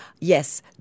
Yes